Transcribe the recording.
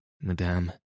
madame